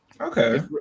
Okay